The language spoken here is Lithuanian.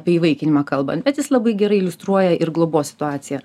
apie įvaikinimą kalban bet jis labai gerai iliustruoja ir globos situaciją